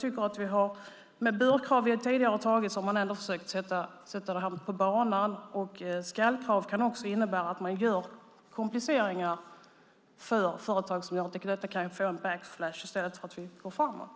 Med de bör-krav vi tidigare antagit har man ändå försökt få detta på banan. Skall-krav kan också innebära kompliceringar för företag som gör att det kan bli en backlash i stället för att vi går framåt.